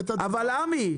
אבל עמי,